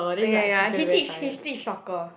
oh ya ya he teach he teach soccer